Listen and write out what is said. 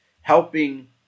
helping